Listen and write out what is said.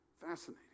Fascinating